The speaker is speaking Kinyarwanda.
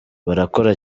barakora